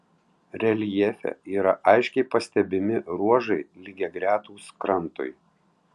reljefe yra aiškiai pastebimi ruožai lygiagretūs krantui